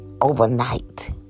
overnight